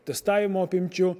testavimo apimčių